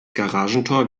garagentor